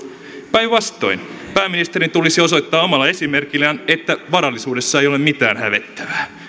päinvastoin pääministerin tulisi osoittaa omalla esimerkillään että varallisuudessa ei ole mitään hävettävää